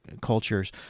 cultures